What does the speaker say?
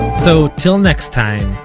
so till next time,